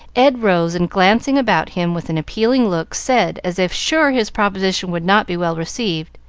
ed rose, and glancing about him with an appealing look, said, as if sure his proposition would not be well received,